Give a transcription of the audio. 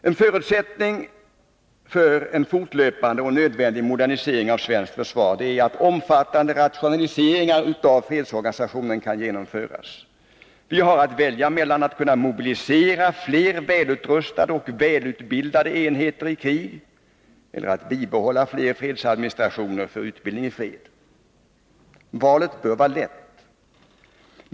En förutsättning för en fortlöpande och nödvändig modernisering av svenskt försvar är att omfattande rationaliseringar av fredsorganisationen kan genomföras. Vi har att välja mellan att kunna mobilisera fler välutrustade och välutbildade enheter i krig eller att bibehålla fler fredsadministrationer för utbildning i fred. Valet bör vara lätt.